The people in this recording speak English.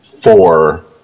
four